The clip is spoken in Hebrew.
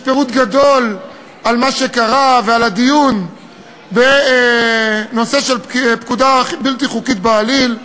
יש פירוט גדול על מה שקרה ועל הדיון בנושא של פקודה בלתי חוקית בעליל,